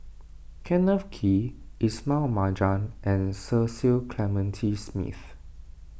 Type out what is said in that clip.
Kenneth Kee Ismail Marjan and Cecil Clementi Smith